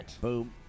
Boom